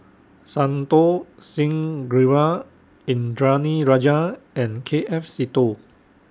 Santokh Singh Grewal Indranee Rajah and K F Seetoh